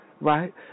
right